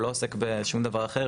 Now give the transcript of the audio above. הוא לא עוסק בשום דבר אחר.